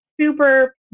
super